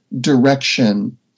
direction